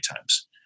times